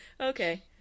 Okay